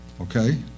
Okay